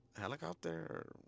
Helicopter